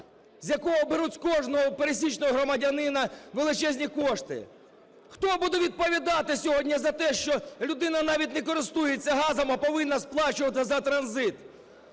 за який беруть з кожного пересічного громадянина величезні кошти? Хто буде відповідати сьогодні за те, що людина навіть не користується газом, а повинна сплачувати за транзит?